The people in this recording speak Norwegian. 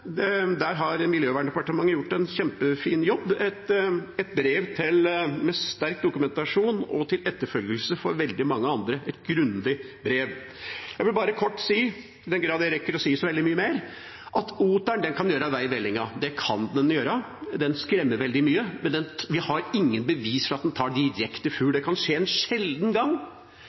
der har Klima- og miljødepartementet gjort en kjempefin jobb – et brev med sterk dokumentasjon og til etterfølgelse for veldig mange andre, et grundig brev. Jeg vil bare kort si – i den grad jeg rekker å si så veldig mye mer – at oteren kan gjøre vei i vellinga, det kan den gjøre. Den skremmer veldig mye, men vi har ingen bevis for at den direkte tar fugl. Det kan skje en sjelden gang.